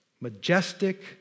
majestic